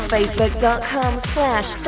Facebook.com/slash